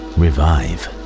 revive